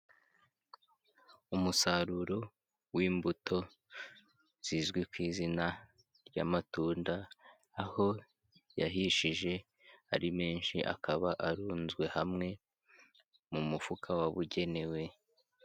Umusaruro w'imbuto zizwi ku izina ry'amatunda aho yahishije ari menshi, akaba arunzwe hamwe mu mufuka wabugenewe.